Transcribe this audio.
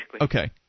Okay